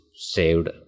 saved